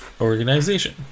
organization